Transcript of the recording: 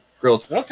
grilled